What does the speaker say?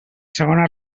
segona